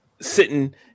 Sitting